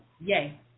yay